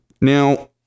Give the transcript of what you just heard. now